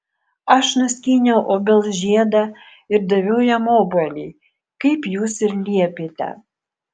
aš nuskyniau obels žiedą ir daviau jam obuolį kaip jūs ir liepėte